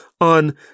on